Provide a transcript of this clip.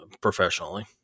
professionally